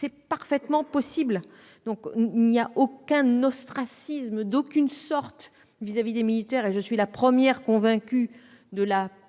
qui est parfaitement possible. Il n'y a donc aucun ostracisme d'aucune sorte vis-à-vis des militaires et je suis la première convaincue que